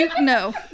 No